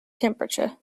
temperature